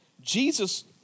Jesus